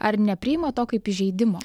ar nepriima to kaip įžeidimo